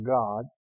God